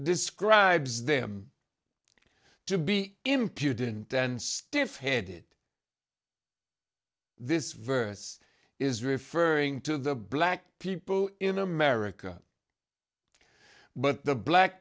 describes them to be impudent and stiff headed this verse is referring to the black people in america but the black